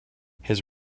his